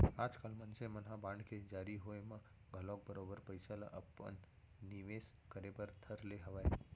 आजकाल मनसे मन ह बांड के जारी होय म घलौक बरोबर पइसा ल अपन निवेस करे बर धर ले हवय